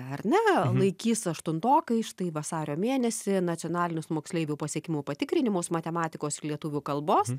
ar ne laikys aštuntokai štai vasario mėnesį nacionalinius moksleivių pasiekimų patikrinimus matematikos lietuvių kalbos